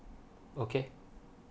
okay